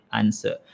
answer